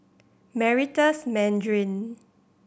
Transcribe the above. Meritus Mandarin